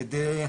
כדי